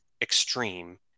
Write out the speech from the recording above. extreme